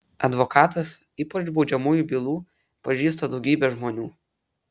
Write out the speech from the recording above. advokatas ypač baudžiamųjų bylų pažįsta daugybę žmonių